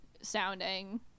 sounding